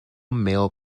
male